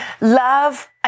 love